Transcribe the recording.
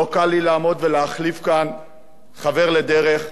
לא קל לי לעמוד ולהחליף כאן חבר לדרך,